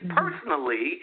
personally